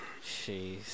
Jeez